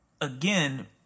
again